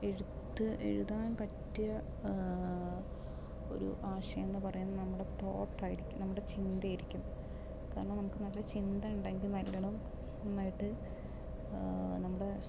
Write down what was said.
എഴുത്ത് എഴുതാൻ പറ്റിയ ഒരു ആശയം എന്നു പറയുന്നത് നമ്മുടെ തോട്ട് ആയിരിക്കും നമ്മുടെ ചിന്ത ആയിരിക്കും കാരണം നമുക്ക് നല്ല ചിന്ത ഇണ്ടെങ്കിൽ നല്ലവണ്ണം നന്നായിട്ട് നമ്മുടെ